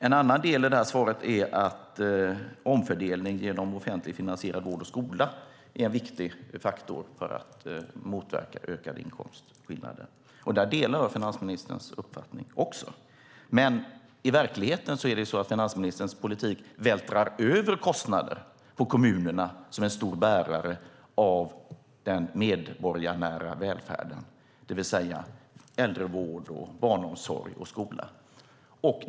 I detta svar sägs också att omfördelning genom offentligt finansierad vård och skola är en viktig faktor för att motverka ökade inkomstskillnader. Där delar jag också finansministerns uppfattning. Men i verkligheten vältrar finansministerns politik över kostnader på kommunerna som är stora bärare av den medborgarnära välfärden, det vill säga äldrevård, barnomsorg och skola.